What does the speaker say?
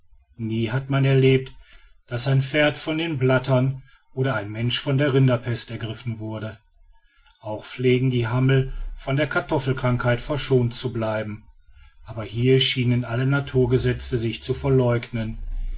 nie hat man erlebt daß ein pferd von den blattern oder ein mensch von der rinderpest ergriffen wurde auch pflegen die hammel von der kartoffelkrankheit verschont zu bleiben aber hier schienen alle naturgesetze sich zu verleugnen